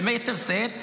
ביתר שאת,